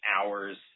hours